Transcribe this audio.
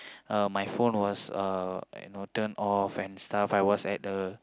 uh my phone was uh you know turned off and stuff I was at the